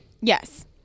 yes